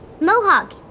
Mohawk